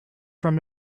from